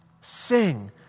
Sing